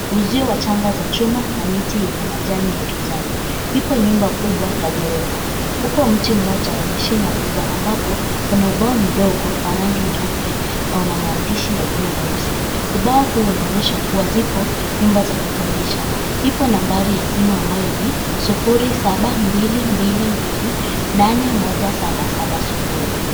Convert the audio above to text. Uzio wa changa za chuma na miti yenye majani ya kijani. Ipo nyumba kubwa ya ghorofa. Upo mti mmoja wenye shina kubwa, ambapo kuna ubao mdogo wa rangi nyeupe na una maandishi ya wino mweusi. Ubao huu unaonyesha kuwa zipo nyumba za kukodisha. Ipo nambari ya simu ambayo ni 0722281770.